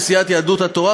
לסיעת יהדות התורה,